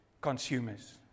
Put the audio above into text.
consumers